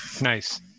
Nice